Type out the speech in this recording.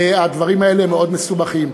הדברים האלה מאוד מסובכים.